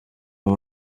w’u